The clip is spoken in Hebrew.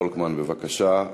חבר הכנסת רועי פולקמן, בבקשה.